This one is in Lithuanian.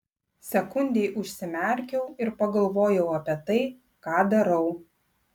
sekundei užsimerkiau ir pagalvojau apie tai ką darau